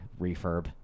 refurb